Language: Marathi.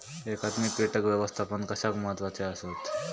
एकात्मिक कीटक व्यवस्थापन कशाक महत्वाचे आसत?